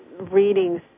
readings